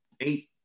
eight